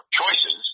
choices